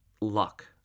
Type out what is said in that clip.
luck